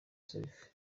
selfie